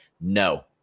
No